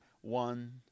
One